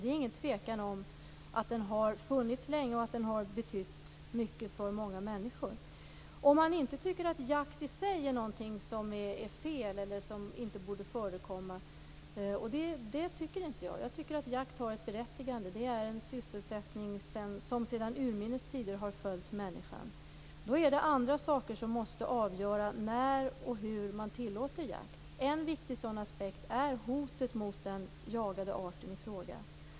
Det är ingen tvekan om att den har funnits länge och att den har betytt mycket för många människor, om man inte tycker att jakt i sig är fel eller att den inte borde förekomma. Jag tycker att jakt har ett berättigande. Det är en sysselsättning som har följt människan sedan urminnes tider. Det är andra saker som måste avgöra när och hur man skall tillåta jakt. En viktig sådan aspekt är hotet mot den jagade arten i fråga.